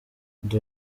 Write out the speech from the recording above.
ndi